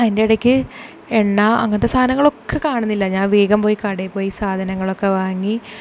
അതിന്റെ ഇടയ്ക്ക് എണ്ണ അങ്ങനത്തെ സാധനങ്ങളൊക്കെ കാണുന്നില്ല ഞാൻ വേഗം പോയി കടയിൽ പോയി സാധനങ്ങളൊക്കെ വാങ്ങി